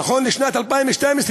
נכון לשנת 2012,